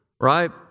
right